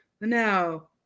no